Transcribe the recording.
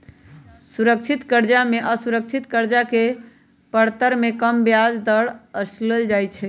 सुरक्षित करजा में असुरक्षित करजा के परतर में कम ब्याज दर असुलल जाइ छइ